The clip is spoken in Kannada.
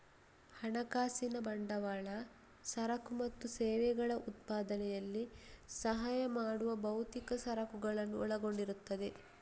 ಹಣಕಾಸಿನ ಬಂಡವಾಳ ಸರಕು ಮತ್ತು ಸೇವೆಗಳ ಉತ್ಪಾದನೆಯಲ್ಲಿ ಸಹಾಯ ಮಾಡುವ ಭೌತಿಕ ಸರಕುಗಳನ್ನು ಒಳಗೊಂಡಿರುತ್ತದೆ